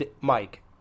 Mike